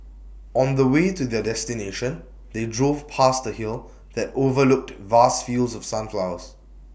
on the way to their destination they drove past A hill that overlooked vast fields of sunflowers